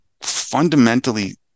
fundamentally